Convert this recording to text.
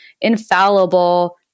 infallible